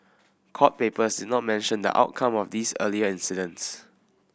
court papers did not mention the outcome of these earlier incidents